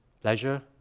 pleasure